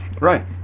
Right